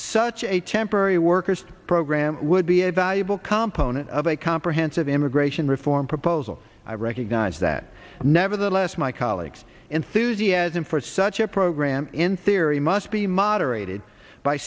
such a temporary workers program would be a valuable compo of a comprehensive immigration reform proposal i recognize that nevertheless my colleague's enthusiasm for such a program in theory must be moderate